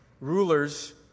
rulers